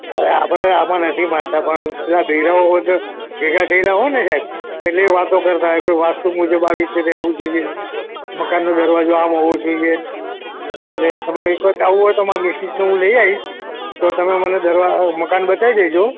હવે આપણે આમાં નથી માનતા પણ પેલા બૈરાઓ હોય તો ભેગાં થયેલાં હોય ને સાહેબ એટલે એ વાતો કરતાં હોય કે વાસ્તુ મુજબ આવી રીતે રહેવું જોઈએ મકાનનો દરવાજો આમ હોવો જોઈએ એટલે તમારે એક વખત એવું હોય તો મારા મીસીસને હું લઇ આવીશ તો તમે મને દરવા મકાન બતાવી દેજો